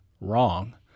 wrong